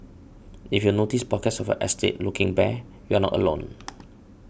if you notice pockets of your estate looking bare you are not alone